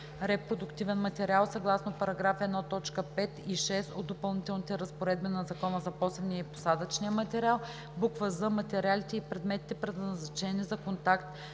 репродуктивен материал съгласно § 1, т. 5 и 6 от Допълнителните разпоредби на Закона за посевния и посадъчния материал; з) материалите и предметите, предназначени за контакт